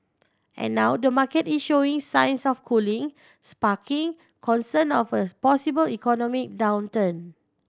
and now the market is showing signs of cooling sparking concern of a possible economic downturn